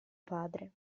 padre